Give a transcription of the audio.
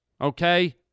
okay